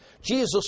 Jesus